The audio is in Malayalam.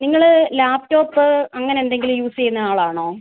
നിങ്ങൾ ലാപ്ടോപ്പ് അങ്ങനെ എന്തെങ്കിലും യൂസ് ചെയ്യുന്ന ആളാണോ